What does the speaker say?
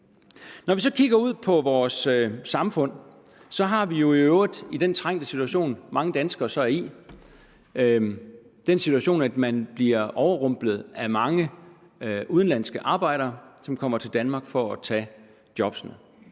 Når vi så kigger ud i vores samfund, kan vi se, at vi i den i øvrigt trængte situation, mange danskere så er i, bliver overrumplet af mange udenlandske arbejdere, som kommer til Danmark for at tage jobbene.